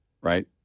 right